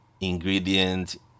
ingredient